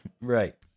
Right